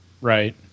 Right